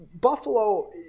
Buffalo